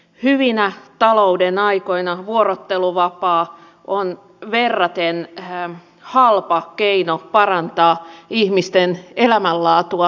hyvinä talouden aikoina vuorotteluvapaa on verraten halpa keino parantaa ihmisten elämänlaatua merkittävästi